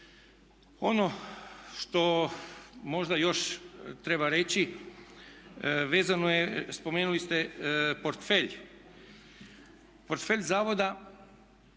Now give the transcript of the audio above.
Ono što možda još treba reći vezano je, spomenuli ste portfelj. Portfelj zavoda